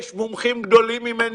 יש מומחים גדולים ממני,